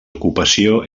ocupació